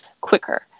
quicker